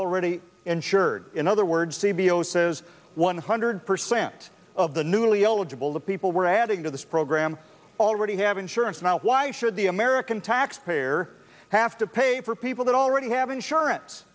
already insured in other words c b o says one hundred percent of the newly eligible the people we're adding to this program already have insurance not why should the american taxpayer have to pay for people that already have insurance